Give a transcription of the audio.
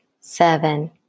seven